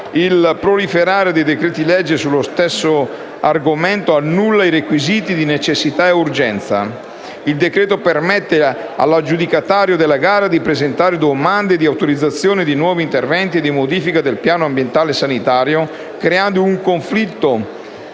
Il proliferare dei decreti-legge sullo stesso argomento annulla i requisiti di necessità e urgenza. Il decreto-legge permette all'aggiudicatario della gara di presentare domande di autorizzazione di nuovi interventi e di modifica del piano delle misure e delle attività